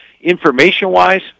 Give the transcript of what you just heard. Information-wise